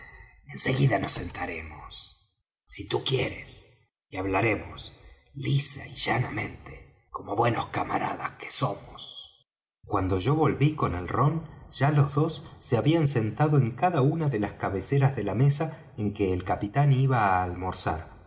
seguida nos sentaremos si tú quieres y hablaremos lisa y llanamente como buenos camaradas que somos cuando yo volví con el rom ya los dos se habían sentado en cada una de las cabeceras de la mesa en que el capitán iba á almorzar